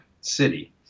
City